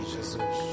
Jesus